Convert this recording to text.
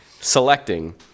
selecting